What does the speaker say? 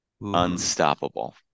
unstoppable